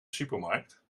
supermarkt